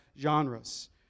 genres